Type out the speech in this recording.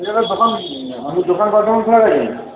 আপনার দোকান আপনি দোকান কটা অবধি খোলা রাখেন